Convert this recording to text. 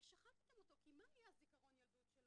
ששחטתם אותו, כי מה יהיה הזיכרון ילדות שלו?